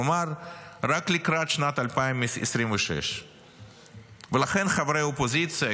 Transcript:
כלומר רק לקראת שנת 2026. ולכן חברי אופוזיציה,